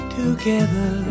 together